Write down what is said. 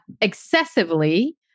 excessively